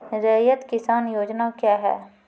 रैयत किसान योजना क्या हैं?